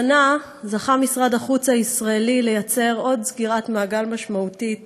השנה זכה משרד החוץ הישראלי ליצור עוד סגירת מעגל משמעותית